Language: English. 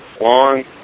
long